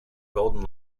golden